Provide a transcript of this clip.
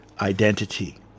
identity